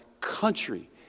country